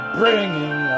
bringing